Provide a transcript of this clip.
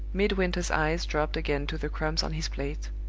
midwinter's eyes dropped again to the crumbs on his plate.